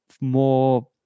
more